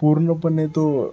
पूर्णपणे तो